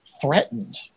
threatened